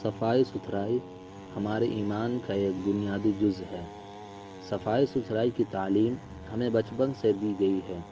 صفائی ستھرائی ہمارے ایمان کا ایک بنیادی جز ہے صفائی ستھرائی کی تعلیم ہمیں بچپن سے دی گئی ہے